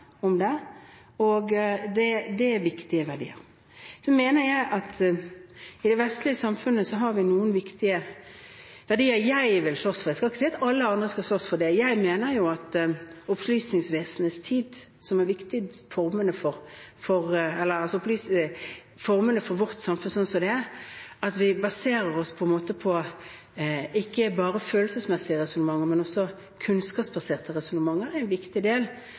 om det. Dette er viktige verdier. Så mener jeg at i det vestlige samfunnet har vi noen viktige verdier jeg vil slåss for – jeg skal ikke si at alle andre skal slåss for dem. Jeg mener jo at samfunnet vårt, slik det er formet – det at vi ikke bare baserer oss på følelsesmessige resonnementer, men også på kunnskapsbaserte resonnementer – er en viktig del, for det er da vi kan ha et grunnlag for denne diskusjonen. Men jeg aksepterer at dette er